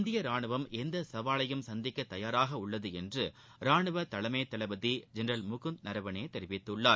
இந்திய ராணுவம் எந்த சவாலையும் சந்திக்க தயாராக உள்ளத என்று ராணுவ தலைமை தளபதி ஜெனரல் முகுந்த் நரவனே தெரிவித்துள்ளார்